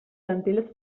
plantilles